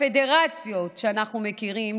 הפדרציות שאנחנו מכירים,